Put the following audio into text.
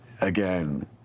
again